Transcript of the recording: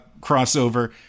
crossover